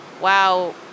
wow